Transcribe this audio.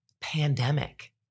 pandemic